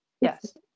Yes